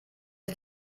ich